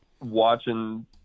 watching